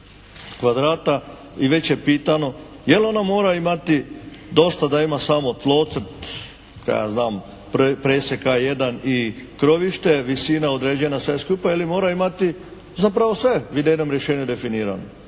i već je pitano jel ona mora imati dosta da ima samo tlocrt, kaj ja znam, presjeka jedan i krovište, visina određena sve skupa ili mora imati zapravo sve v idejnom rešenju definirano.